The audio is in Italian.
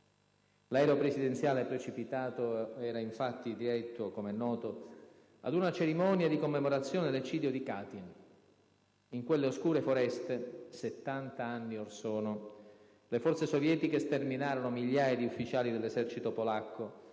L'aereo presidenziale precipitato era infatti diretto - come è noto - ad una cerimonia di commemorazione dell'eccidio di Katyn: in quelle oscure foreste, 70 anni or sono, le forze sovietiche sterminarono migliaia di ufficiali dell'esercito polacco,